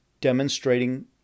demonstrating